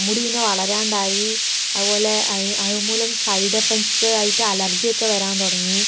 മുടി പിന്നെ വളരാണ്ടായി അതുപോലെ അതുമൂലം സൈഡ് ഇഫക്റ്റ്സ് ആയിട്ട് അലർജി ഒക്കെ വരാൻ തുടങ്ങി